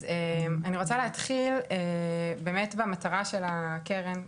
אז אני רוצה להתחיל באמת במטרה של הקרן,